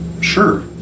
Sure